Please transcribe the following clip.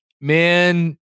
Man